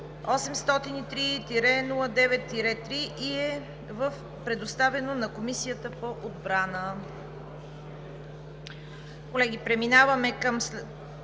803 09-3 и е предоставено на Комисията по отбрана. Колеги, преминаваме към първа